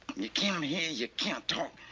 you can't um hear, you can't talk.